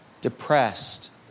depressed